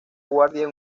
guardia